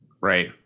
right